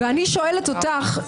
ואני שואלת אותך,